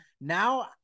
now